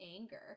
anger